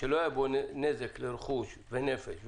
שלא היה בו נזק לרכוש או נפש,